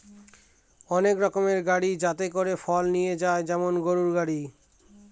এক রকমের গাড়ি যাতে করে ফল নিয়ে যায় যেমন গরুর গাড়ি